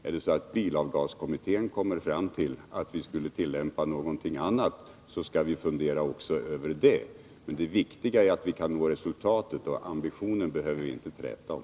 Om bilavgaskommittén kommer fram till att vi skall tillämpa andra normer, skall vi fundera också över det. Men det viktiga är att vi kan nå resultat. Ambitionen behöver vi inte träta om.